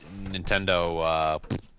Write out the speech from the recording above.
Nintendo